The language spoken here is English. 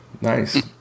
Nice